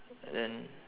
and then